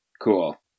Cool